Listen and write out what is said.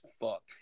fuck